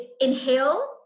inhale